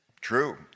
True